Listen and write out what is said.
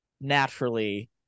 naturally